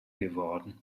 geworden